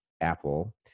Apple